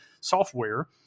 software